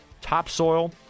topsoil